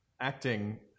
acting